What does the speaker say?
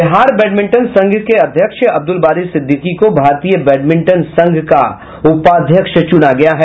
Bihar badminton संघ के अध्यक्ष अब्दुल बारी सिद्दीकी को भारतीय बैडमिंटन संघ का उपाध्यक्ष चूना गया है